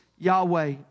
Yahweh